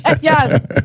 Yes